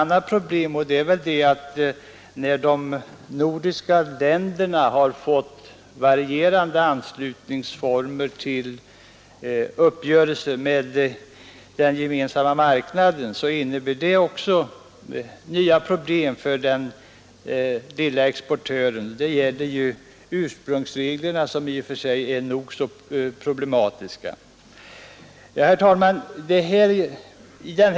När de nordiska länderna har fått olika uppgörelser med den gemensamma marknaden, så innebär detta också nya problem för små exportörer. Det gäller ursprungsreglerna, som i och för sig är nog så problematiska. Herr talman!